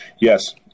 yes